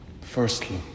firstly